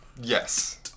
Yes